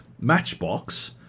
matchbox